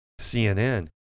CNN